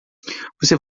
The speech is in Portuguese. você